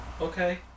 Okay